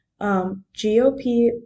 GOP